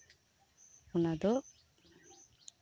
ᱚᱱᱟ ᱫᱚ